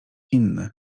inny